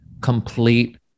complete